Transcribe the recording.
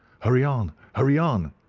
hurry on! hurry on!